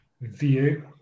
View